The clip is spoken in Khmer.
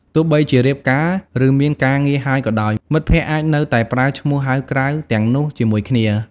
ទោះបីជារៀបការ ឬមានការងារហើយក៏ដោយ មិត្តភក្តិអាចនៅតែប្រើឈ្មោះហៅក្រៅទាំងនោះជាមួយគ្នា។